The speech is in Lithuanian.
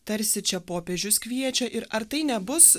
tarsi čia popiežius kviečia ir ar tai nebus